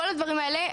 כל הדברים האלה,